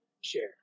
share